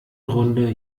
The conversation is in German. runde